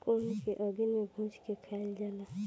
कोन के आगि में भुज के खाइल जाला